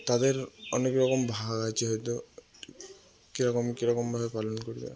তাদের অনেক রকম ভাগ আছে হয়তো কিরকম কিরকম ভাবে পালন করবে